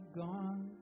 gone